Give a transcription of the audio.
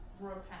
repent